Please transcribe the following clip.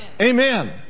Amen